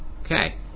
Okay